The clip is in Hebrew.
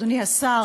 אדוני השר,